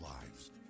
lives